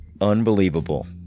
Unbelievable